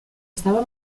estava